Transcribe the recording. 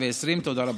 ואמר: